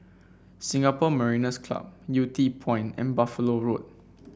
Singapore Mariners' Club Yew Tee Point and Buffalo Road